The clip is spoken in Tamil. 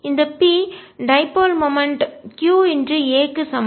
இந்த p dipole moment q a க்கு சமம்